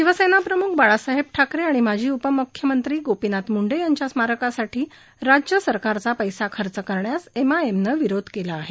शिवसेनाप्रम्ख बाळासाहेब ठाकरे आणि माजी उपम्ख्यमंत्री गोपीनाथ मुंडे यांच्या स्मारकासाठी राज्य सरकारचा पैसा खर्च करण्यास एमआयएमनं विरोध केला आहे